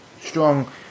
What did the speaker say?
strong